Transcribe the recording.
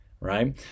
right